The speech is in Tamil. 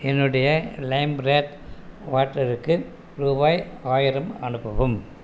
என்னுடைய லைம்ரேட் வால்டருக்கு ரூபாய் ஆயிரம் அனுப்பவும்